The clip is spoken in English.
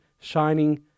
shining